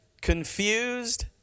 Confused